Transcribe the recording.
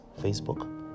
Facebook